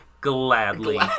gladly